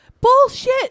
Bullshit